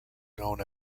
known